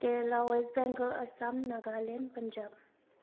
Kerala West Bengal Assam Nagaland Punjab